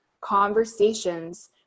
conversations